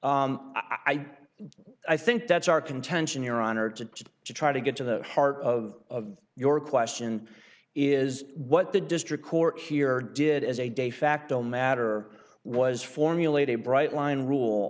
don't i think that's our contention your honor to just to try to get to the heart of your question is what the district court here did as a de facto matter was formulate a bright line rule